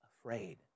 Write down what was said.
afraid